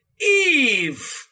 Eve